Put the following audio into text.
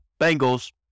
Bengals